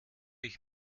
ich